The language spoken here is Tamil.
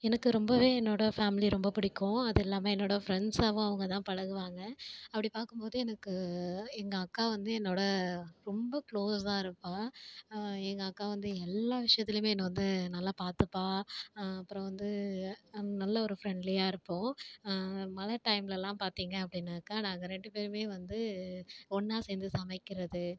எனக்கு ரொம்பவே என்னோடய ஃபேமிலி ரொம்ப பிடிக்கும் அதுயில்லாமல் என்னோடய ப்ரெண்ட்ஸ்ஸாகவும் அவங்க தான் பழகுவாங்கள் அப்படி பார்க்கும் போது எனக்கு எங்கள் அக்கா வந்து என்னோடய ரொம்ப க்ளோஸாக இருப்பா எங்கள் அக்கா வந்து எல்லா விஷயத்துலேயுமே என்ன வந்து நல்லா பார்த்துப்பா அப்புறோம் வந்து நல்ல ஒரு ஃப்ரெண்ட்லியாக இருப்போம் மழை டைம்லெலாம் பார்த்திங்க அப்படின்னாக்கா நாங்கள் ரெண்டு பேருமே வந்து ஒன்றா சேர்ந்து சமைக்கிறது